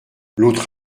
l’autre